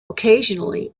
occasionally